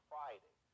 Friday